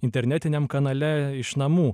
internetiniam kanale iš namų